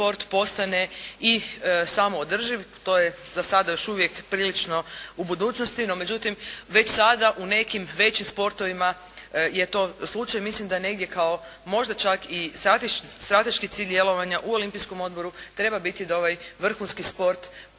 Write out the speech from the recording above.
sport postane i samoodrživ, to je za sada još uvijek prilično u budućnosti. No međutim, već sada u nekim većim sportovima je to slučaj. Mislim da negdje možda kao strateški cilj djelovanja u Olimpijskom odboru treba biti da ovaj vrhunski sport postane